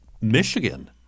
Michigan